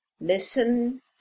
listen